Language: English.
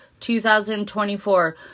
2024